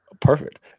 Perfect